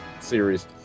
series